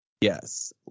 yes